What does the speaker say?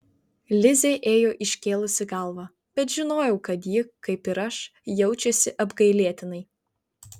lizė ėjo iškėlusi galvą bet žinojau kad ji kaip ir aš jaučiasi apgailėtinai